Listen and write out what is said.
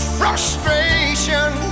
frustration